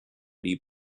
die